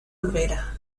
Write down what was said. olvera